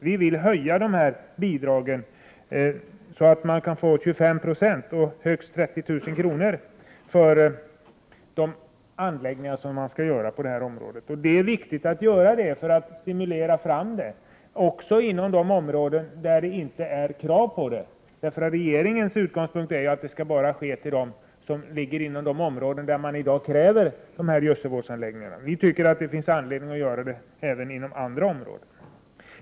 Vi vill höja dessa bidrag så att man kan få 25 260 av kostnaderna eller högst 30 000 kr. till de anläggningar som skall iordningställas på detta område. Bidraget är viktigt för att stimulera fram anläggningar även inom de områden där det inte finns krav på sådana. Regeringens utgångspunkt är att bidrag skall ges bara till anläggningar inom de områden där gödselvårdsanläggningar i dag krävs. Vi tycker att det finns anledning att ge stöd även inom andra områden.